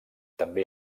també